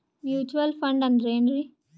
Mutual fund ಅಂದ್ರೆನ್ರಿ?